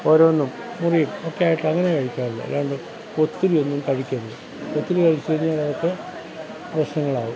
ഓരോന്നും മുറിയും ഒക്കെയായിട്ട് അങ്ങനെ കഴിച്ചാൽ മതി അല്ലാണ്ട് ഒത്തിരിയൊന്നും കഴിക്കരുത് ഒത്തിരി കഴിച്ച് കഴിഞ്ഞാലതൊക്കെ പ്രശ്നങ്ങളാകും